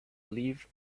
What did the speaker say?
live